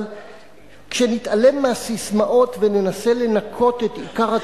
אבל כשנתעלם מהססמאות וננסה לנקות את עיקר הטענות,